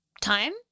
time